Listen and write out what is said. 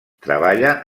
treballa